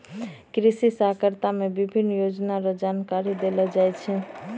कृषि सहकारिता मे विभिन्न योजना रो जानकारी देलो जाय छै